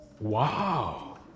Wow